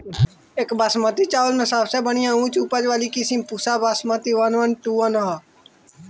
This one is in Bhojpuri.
एक बासमती चावल में सबसे बढ़िया उच्च उपज वाली किस्म Pusa Basmati one one two one ह?